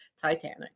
Titanic